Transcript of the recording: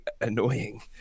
annoying